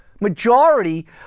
Majority